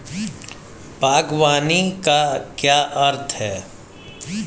बागवानी का क्या अर्थ है?